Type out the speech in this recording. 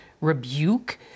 rebuke